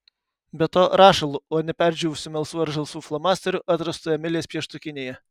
be to rašalu o ne perdžiūvusiu melsvu ar žalsvu flomasteriu atrastu emilės pieštukinėje